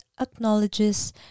acknowledges